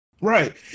Right